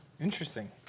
Interesting